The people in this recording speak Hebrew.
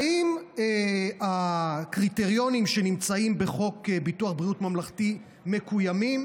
האם הקריטריונים שנמצאים בחוק ביטוח בריאות ממלכתי מקוימים